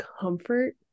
comfort